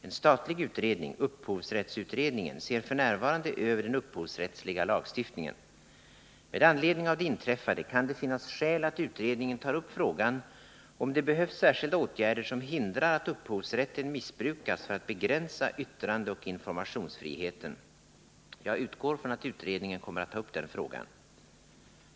En statlig utredning — upphovsrättsutredningen — ser f. n. över den upphovsrättsliga lagstiftningen. Med anledning av det inträffade kan det finnas skäl att utredningen tar upp frågan om det behövs särskilda åtgärder som hindrar att upphovsrätten missbrukas för att begränsa yttrandeoch informationsfriheten. Jag utgår ifrån att utredningen kommer att ta upp den frågan.